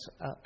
up